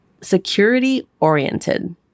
security-oriented